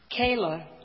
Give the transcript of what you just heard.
Kayla